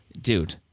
Dude